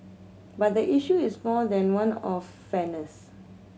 but the issue is more than one of fairness